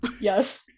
yes